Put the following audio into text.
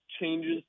changes